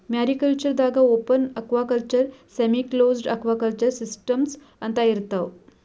mariculture ದಾಗಾ open aquaculture, semi closed aquaculture systems ಅಂತಾ ಇರ್ತವ್